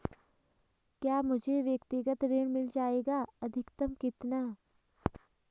क्या मुझे व्यक्तिगत ऋण मिल जायेगा अधिकतम कितना?